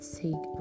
take